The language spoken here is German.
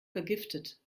vergiftet